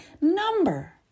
number